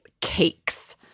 cakes